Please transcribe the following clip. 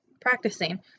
practicing